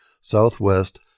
Southwest